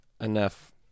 enough